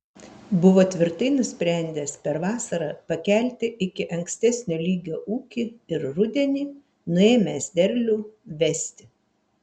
buvo tvirtai nusprendęs per vasarą pakelti iki ankstesnio lygio ūkį ir rudenį nuėmęs derlių vesti